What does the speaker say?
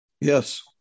Yes